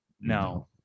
No